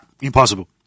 impossible